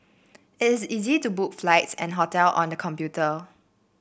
it is easy to book flights and hotel on the computer